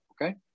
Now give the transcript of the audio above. Okay